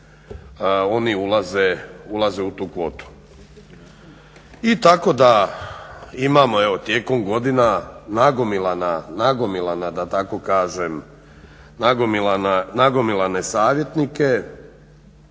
oni ulaze u tu kvotu. I tako da imamo tijekom godina nagomilana da tako kažem nagomilane savjetnike,